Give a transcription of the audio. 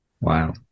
Wow